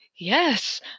yes